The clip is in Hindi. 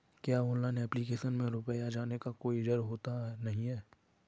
क्या ऑनलाइन एप्लीकेशन में रुपया जाने का कोई डर तो नही है?